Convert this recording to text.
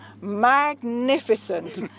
magnificent